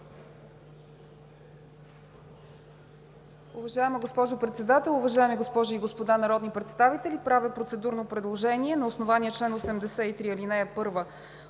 Уважаема госпожо Председател, уважаеми госпожи и господа народни представители! Правя процедурно предложение на основание чл. 83, ал. 1